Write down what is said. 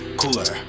cooler